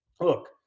look